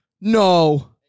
No